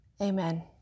Amen